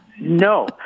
No